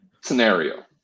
scenario